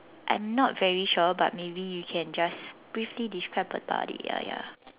I'm not very sure but maybe you can just briefly describe about it ya ya